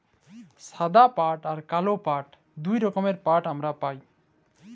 সাদা পাট আর কাল পাট দুটা রকমের পাট হামরা পাই